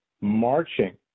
marching